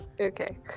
Okay